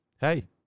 hey